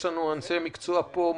יש לנו פה אנשי מקצוע מעולים,